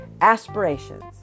aspirations